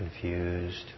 confused